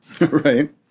Right